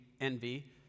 envy